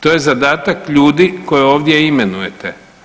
To je zadatak ljudi koje ovdje imenujete.